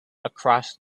across